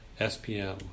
SPM